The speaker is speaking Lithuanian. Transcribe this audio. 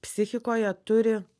psichikoje turi